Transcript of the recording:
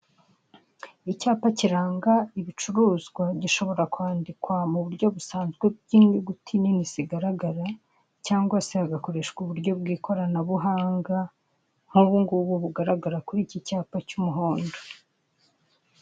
Icyapa kiranga ibicuruzwa gishobora kwandikwa mu buryo busanzwe bw'inyuguti nini zigaragara cyangwa se hagakoreshwa uburyo bw'ikoranabuhanga, nk'ubu ngubu bugaragara kuri iki cyapa cy'umuhondo.